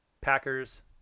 Packers